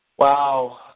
Wow